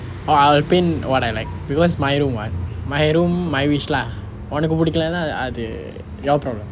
orh I will paint what I like because my room what my room my wish lah உனக்கு பிடிக்கலைன்னா அது:unakku pidikkalannaa athu your problem